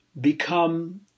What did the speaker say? become